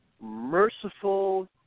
Merciful